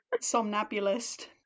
Somnambulist